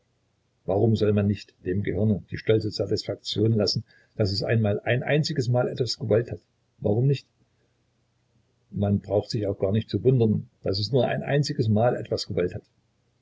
warum soll man nicht dem gehirne die stolze satisfaktion lassen daß es einmal ein einziges mal etwas gewollt hat warum nicht man braucht sich auch gar nicht zu wundern daß es nur ein einziges mal etwas gewollt hat